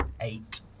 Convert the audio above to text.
Eight